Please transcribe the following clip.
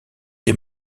des